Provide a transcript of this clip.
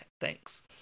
Thanks